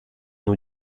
nous